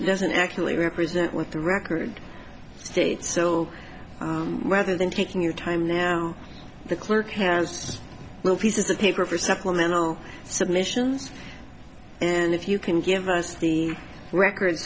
doesn't actually represent with the record states still rather than taking your time now the clerk has little pieces of paper for supplemental submissions and if you can give us the record